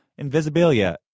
invisibilia